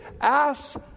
Ask